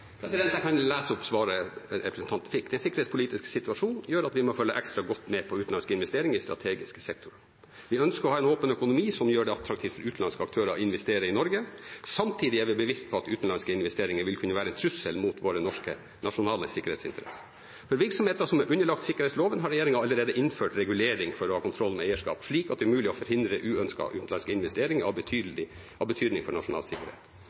Jeg kan lese opp svaret representanten fikk: «Den sikkerhetspolitiske situasjonen gjør at vi må følge ekstra godt med på utenlandske investeringer i strategiske sektorer. Vi ønsker å ha en åpen økonomi som gjør det attraktivt for utenlandske aktører å investere i Norge. Samtidig er vi bevisst på at utenlandske investeringer vil kunne være en trussel mot våre nasjonale sikkerhetsinteresser. For virksomheter som er underlagt sikkerhetsloven har regjeringen allerede innført regulering for å ha kontroll med eierskap, slik at det er mulig å forhindre uønskede utenlandske investeringer av betydning for nasjonal sikkerhet.